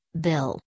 Bill